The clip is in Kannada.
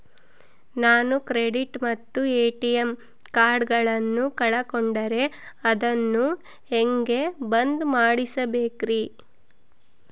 ನಾನು ಕ್ರೆಡಿಟ್ ಮತ್ತ ಎ.ಟಿ.ಎಂ ಕಾರ್ಡಗಳನ್ನು ಕಳಕೊಂಡರೆ ಅದನ್ನು ಹೆಂಗೆ ಬಂದ್ ಮಾಡಿಸಬೇಕ್ರಿ?